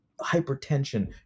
hypertension